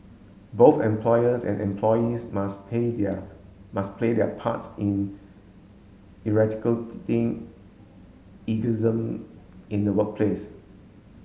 both employers and employees must play their must play their part in ageism in the workplace